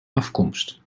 afkomst